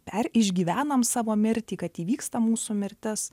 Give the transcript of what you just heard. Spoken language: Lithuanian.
per išgyvenam savo mirtį kad įvyksta mūsų mirtis